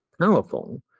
powerful